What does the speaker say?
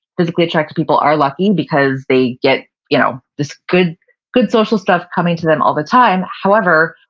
physically attractive people are lucky because they get you know this good good social stuff coming to them all the time. however,